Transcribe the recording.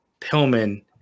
Pillman